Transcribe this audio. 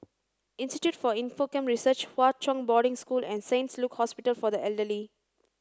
institute for Infocomm Research Hwa Chong Boarding School and Saint Luke's Hospital for the Elderly